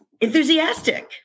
enthusiastic